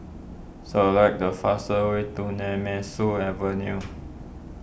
select the fastest way to Nemesu Avenue